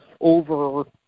over